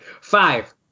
Five